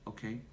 Okay